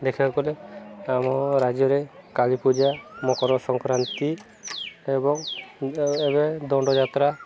ଦେଖିବାକୁ ଗଲେ ଆମ ରାଜ୍ୟରେ କାଳୀପୂଜା ମକର ସଂକ୍ରାନ୍ତି ଏବଂ ଏବେ ଦଣ୍ଡଯାତ୍ରା